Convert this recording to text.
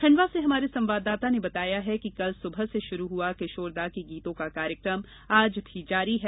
खंडवा से हमारे संवाददाता ने बताया है कि कल सुबह से शुरू हुआ किशोर दा के गीतों का कार्यक्रम आज भी जारी है